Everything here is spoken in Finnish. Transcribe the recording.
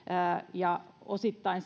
osittain